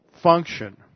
function